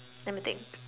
let me think